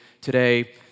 today